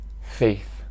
faith